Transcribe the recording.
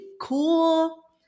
cool –